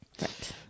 Right